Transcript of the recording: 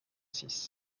six